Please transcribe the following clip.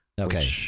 Okay